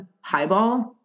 highball